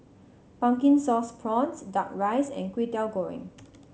Pumpkin Sauce Prawns Duck Rice and Kway Teow Goreng